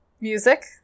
music